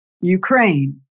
Ukraine